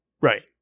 Right